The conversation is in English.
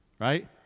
right